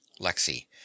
Lexi